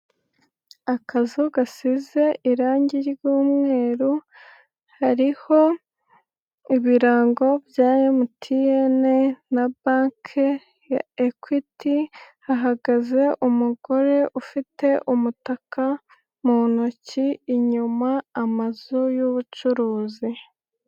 Akazu gasize irangi ry'umweru, hariho ibirango bya MTN na banke Ekwiti, hagaze umugore ufite umutaka mu ntoki, inyuma amazu y'ubucuruzi.